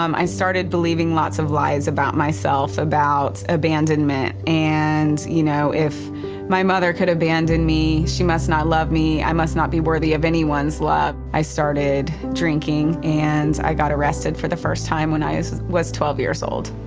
um i started believing lots of lies about myself, about abandonment and, you know, if my mother could abandon me, she must not love me. i must not be worthy of anyone's love. i started drinking and i got arrested for the first time when i was twelve years old.